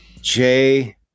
J-